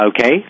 Okay